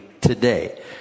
today